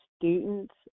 Students